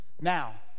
Now